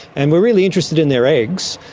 and we are really interested in their eggs,